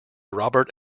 robert